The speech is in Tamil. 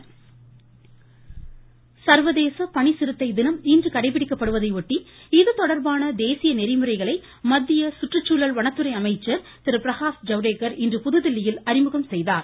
ஜவுடேகர் சர்வதேச பனிச்சிறுத்தை தினம் இன்று கடைபிடிக்கப்படுவதையொட்டி இது தொடர்பான தேசிய நெறிமுறைகளை மத்திய சுற்றுச்சூழல் வனத்துறை அமைச்சர் திரு பிரகாஷ் ஜவுடேகர் இன்று புதுதில்லியில் அறிமுகம் செய்தார்